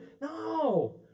No